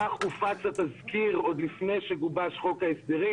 כך הופץ התזכיר עוד לפני שגובש חוק ההסדרים,